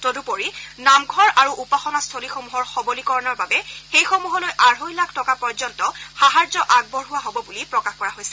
তদুপৰি নামঘৰ আৰু উপাসনাস্থলীসমূহৰ সবলীকৰণৰ বাবে সেইসমূহলৈ আঢ়ৈ লাখ টকাপৰ্যন্ত সাহায্য আগবঢ়োৱা হ'ব বুলি প্ৰকাশ কৰা হৈছে